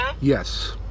Yes